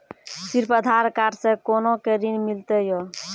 सिर्फ आधार कार्ड से कोना के ऋण मिलते यो?